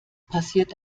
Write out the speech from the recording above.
passiert